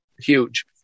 huge